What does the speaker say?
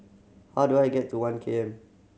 how do I get to One K M